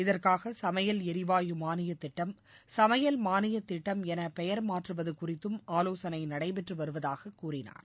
இதற்காக சமையல் ளரிவாயு மாளிய திட்டம் சமையல் மானிய திட்டம் என பெயர் மாற்றுவது குறித்தும் ஆலோசனை நடைபெற்று வருவதாகக் கூறினார்